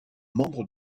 membre